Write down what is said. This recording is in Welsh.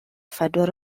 phedwar